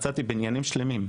אז מצאתי להם בניינים שלמים.